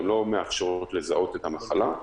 הן לא מאפשרות לזהות את המחלה,